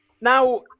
Now